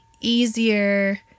easier